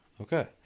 okay